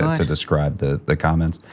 to describe the the comments.